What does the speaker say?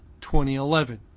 2011